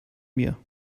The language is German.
mir